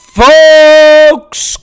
folks